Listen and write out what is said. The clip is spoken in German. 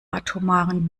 atomaren